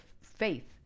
faith